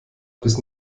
bis